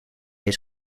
his